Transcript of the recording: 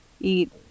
eat